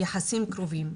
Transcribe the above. יחסים קרובים.